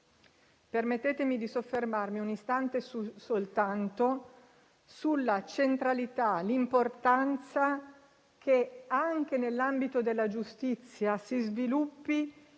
Permettetemi di soffermarmi soltanto un istante sulla centralità e l'importanza che, anche nell'ambito della giustizia, si sviluppi